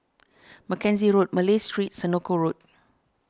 Mackenzie Road Malay Street Senoko Road